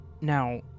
Now